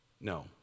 no